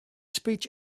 speech